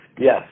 Yes